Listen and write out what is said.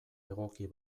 egoki